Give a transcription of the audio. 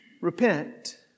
repent